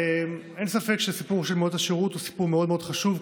אין ספק שהסיפור של מוניות השירות הוא סיפור מאוד מאוד חשוב.